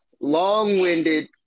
long-winded